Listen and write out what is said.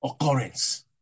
occurrence